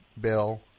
Bill